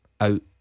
Out